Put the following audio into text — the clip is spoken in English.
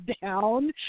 down